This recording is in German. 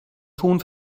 ton